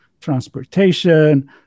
transportation